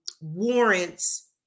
warrants